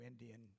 Indian